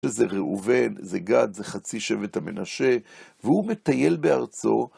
זה ראובן, זה גד, זה חצי שבט המנשה, והוא מטייל בארצו.